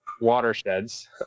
watersheds